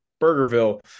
Burgerville